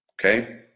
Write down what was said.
okay